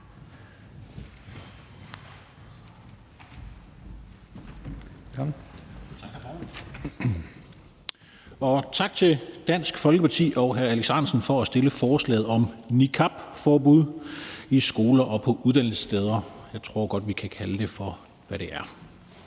Tak til Dansk Folkeparti og hr. Alex Ahrendtsen for at fremsætte forslaget om niqabforbud i skoler og på uddannelsessteder. Jeg tror godt, at vi kan kalde det for, hvad det er.